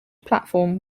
platform